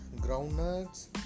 groundnuts